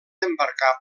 embarcar